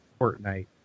Fortnite